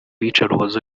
iyicarubozo